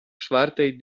czwartej